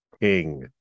king